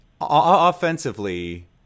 Offensively